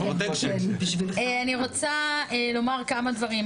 אני רוצה לומר כמה דברים.